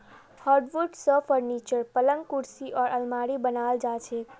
hardwood स furniture, पलंग कुर्सी आर आलमारी बनाल जा छेक